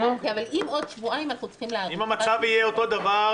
אבל אם עוד שבועיים אנחנו צריכים להאריך --- אם המצב יהיה אותו דבר,